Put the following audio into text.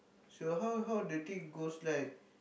so how how the thing goes like